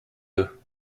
deux